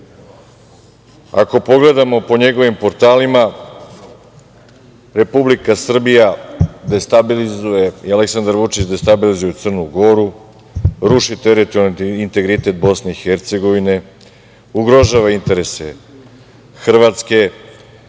Ako pogledamo po njegovim portalima, Republika Srbija i Aleksandar Vučić destabilizuju Crnu Goru, ruši teritorijalni integritet BiH, ugrožava interese Hrvatske,